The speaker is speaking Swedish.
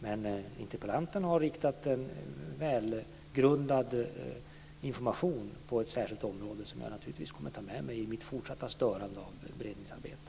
Men interpellanten har gett välgrundad information, riktad mot ett särskilt område, och jag kommer naturligtvis att ta med mig den i mitt fortsatta störande av beredningsarbetet.